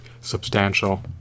substantial